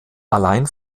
allein